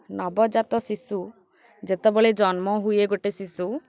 ନବଜାତ ଶିଶୁ ଯେତେବେଳେ ଜନ୍ମ ହୁଏ ଗୋଟେ ଶିଶୁ